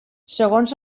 segons